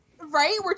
right